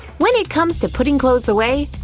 when it comes to putting clothes away,